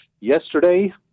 yesterday